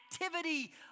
activity